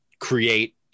create